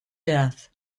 death